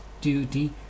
duty